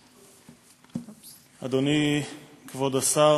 תודה, אדוני כבוד השר,